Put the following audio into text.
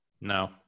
No